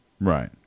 Right